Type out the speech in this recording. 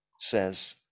says